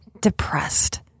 depressed